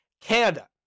Canada